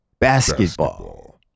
basketball